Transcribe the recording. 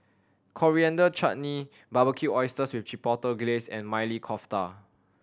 Coriander Chutney Barbecued Oysters with Chipotle Glaze and Maili Kofta